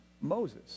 Moses